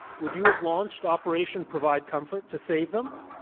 would you have launched operation provide comfort to save them?